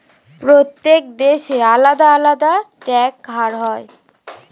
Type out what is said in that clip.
প্রত্যেক দেশে আলাদা আলাদা ট্যাক্স হার হয়